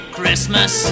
Christmas